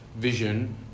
vision